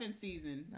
season